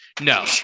No